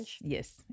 yes